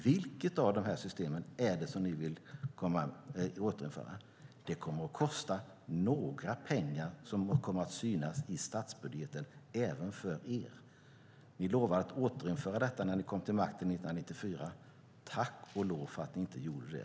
Vilket av dessa system är det ni vill återinföra? Det kommer att kosta pengar som kommer att synas i statsbudgeten även för er. Ni lovade återinföra detta när ni kom till makten 1994. Tack och lov gjorde ni inte det!